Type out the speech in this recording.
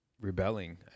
rebelling